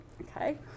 Okay